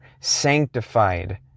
sanctified